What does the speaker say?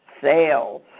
sales